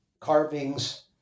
Carvings